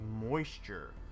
moisture